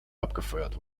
abgefeuert